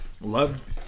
love